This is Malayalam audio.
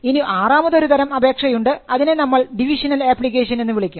ഇനി ആറാമതൊരു തരം അപേക്ഷയുണ്ട് അതിനെ നമ്മൾ ഡിവിഷനിൽ അപ്ലിക്കേഷൻ എന്ന് വിളിക്കും